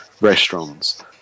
restaurants